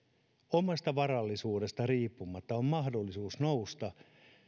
omasta varallisuudesta riippumatta on mahdollisuus nousta